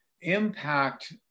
impact